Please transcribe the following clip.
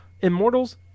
Immortals